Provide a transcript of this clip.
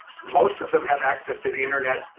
most of them have access to the internet,